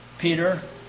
Peter